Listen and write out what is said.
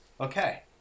Okay